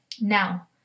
Now